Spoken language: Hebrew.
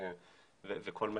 וכל מה